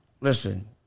listen